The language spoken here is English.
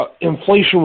Inflation